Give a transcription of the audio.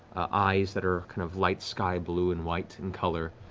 eyes that are kind of light sky blue and white in color.